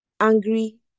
angry